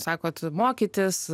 sakot mokytis